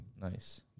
Nice